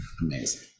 amazing